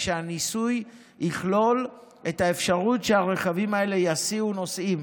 כשהניסוי יכלול את האפשרות שהרכבים האלה יסיעו נוסעים